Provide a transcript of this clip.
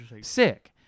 Sick